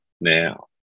now